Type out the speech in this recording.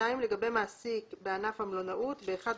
לגבי מעסיק בענף המלונאות, ב-1